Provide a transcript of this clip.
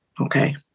Okay